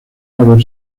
haber